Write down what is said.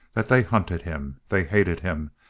that they hunted him, they hated him,